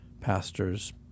pastors